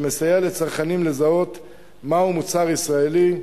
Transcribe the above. שמסייע לצרכנים לזהות מהו מוצר ישראלי.